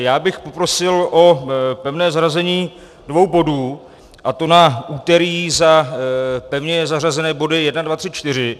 Já bych poprosil o pevné zařazení dvou bodů, a to na úterý za pevně zařazené body 1, 2, 3, 4.